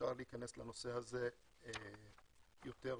אפשר להיכנס לנושא הזה יותר בעתיד.